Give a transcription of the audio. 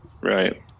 right